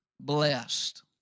blessed